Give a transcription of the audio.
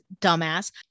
Dumbass